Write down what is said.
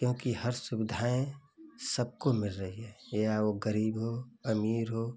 क्योंकि हर सुविधाएँ सबको मिल रही हैं या वह गरीब हो अमीर हो